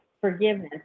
forgiveness